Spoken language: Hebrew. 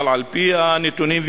אבל על-פי הנתונים האלה,